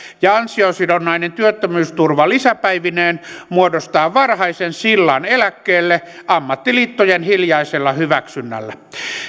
ja ansiosidonnainen työttömyysturva lisäpäivineen muodostaa varhaisen sillan eläkkeelle ammattiliittojen hiljaisella hyväksynnällä